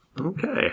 Okay